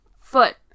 foot